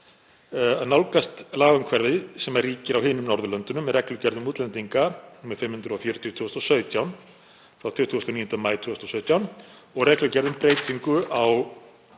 nálgast lagaumhverfið sem ríkir á hinum Norðurlöndunum með reglugerð um útlendinga, nr. 540/2017 frá 29. maí 2017 og reglugerð um breytingu á